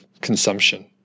consumption